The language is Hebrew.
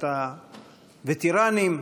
את הווטרנים,